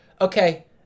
okay